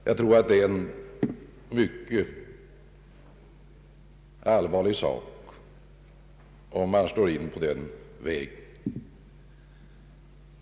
Jag tror att det är en mycket allvarlig sak att slå in på den vägen.